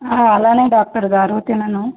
అలానే డాక్టర్ గారు తినను